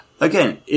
again